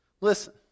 listen